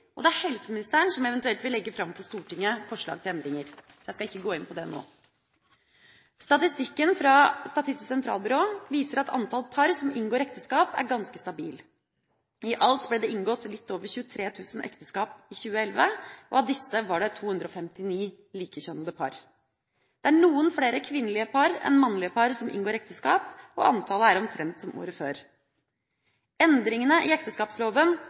og det er helseministeren som eventuelt vil legge fram for Stortinget forslag til endringer. Jeg skal ikke gå inn på det nå. Statistikken fra Statistisk sentralbyrå viser at antallet par som inngår ekteskap, er ganske stabilt. I alt ble det inngått litt over 23 000 ekteskap i 2011, og av disse 259 med likekjønnede par. Det er noen flere kvinnelige par enn mannlige par som inngår ekteskap, og antallet er omtrent som året før. Endringene i ekteskapsloven